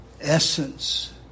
essence